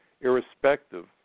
irrespective